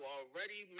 already